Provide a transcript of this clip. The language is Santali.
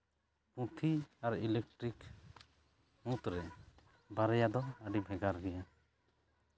ᱯᱩᱛᱷᱤ ᱟᱨ ᱤᱞᱮᱠᱴᱨᱤᱠ ᱢᱩᱫᱽᱨᱮ ᱵᱟᱨᱭᱟ ᱫᱚ ᱟᱹᱰᱤ ᱵᱷᱮᱜᱟᱨ ᱜᱮᱭᱟ